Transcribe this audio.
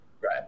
Right